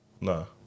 No